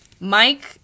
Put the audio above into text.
Mike